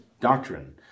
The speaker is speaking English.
doctrine